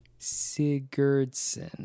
Sigurdsson